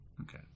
Okay